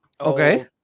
Okay